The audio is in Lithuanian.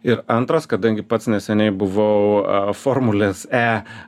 ir antras kadangi pats neseniai buvau formulės e